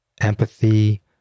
empathy